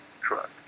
truck